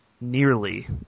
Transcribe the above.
nearly